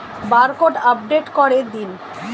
Barcode update করে দিন?